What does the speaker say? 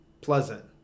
pleasant